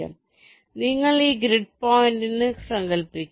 അതിനാൽ നിങ്ങൾ ഈ ഗ്രിഡ് പോയിന്റ് സങ്കൽപ്പിക്കുക